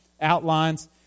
outlines